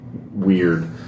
weird